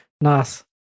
Nice